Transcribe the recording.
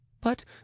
But